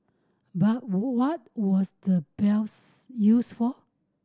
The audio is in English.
but what was the bells used for